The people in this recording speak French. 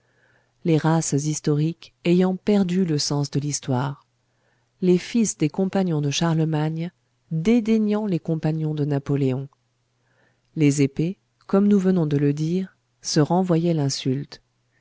les races historiques ayant perdu le sens de l'histoire les fils des compagnons de charlemagne dédaignant les compagnons de napoléon les épées comme nous venons de le dire se renvoyaient l'insulte